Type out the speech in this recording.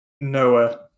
Noah